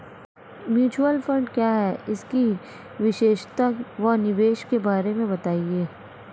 Mutual fund क्या है इसकी विशेषता व निवेश के बारे में बताइये?